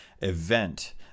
event